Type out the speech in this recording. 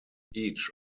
each